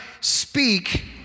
speak